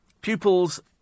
Pupils